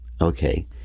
okay